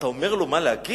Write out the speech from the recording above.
אתה אומר לו מה להגיד?